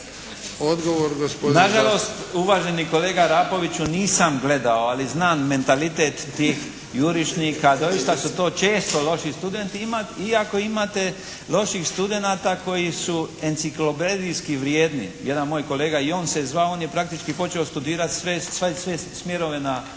Nažalost, uvaženi kolega Arapoviću, nisam gledao ali znam mentalitet tih jurišnika. Doista su to često loši studenti, iako imate loših studenata koji su enciklopedijski vrijedni. Jedan moj kolega, i on se zvao, on je praktički počeo studirati sve smjerove na